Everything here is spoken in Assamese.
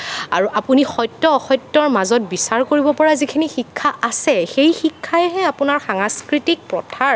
আৰু আপুনি সত্য অসত্যৰ মাজত বিচাৰ কৰিব পৰা যিখিনি শিক্ষা আছে সেই শিক্ষাইহে আপোনাক সাংস্কৃতিক প্ৰথাৰ